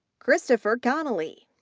christopher connelly,